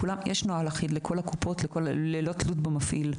יש נוהל אחיד לכל הקופות בלי תלות במפעיל.